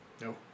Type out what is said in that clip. No